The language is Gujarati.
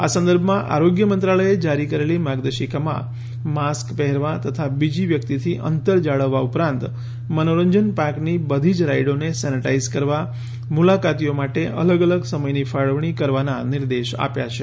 આ સંદર્ભમાં આરોગ્ય મંત્રાલયે જારી કરેલી માર્ગદર્શિકામાં માસ્ક પહેરવો તથા બીજી વ્યકિતથી અંતર જાળવવા ઉપરાંત મનોરંજન પાર્કની બધી જ રાઈડોને સેનેટાઈઝ કરવા મુલાકાતીઓ માટે અલગ અલગ સમયની ફાળવણી કરવાનાં નિર્દેશ આવ્યા છે